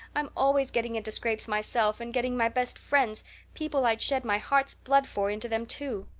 i'm always getting into scrapes myself and getting my best friends people i'd shed my heart's blood for into them too.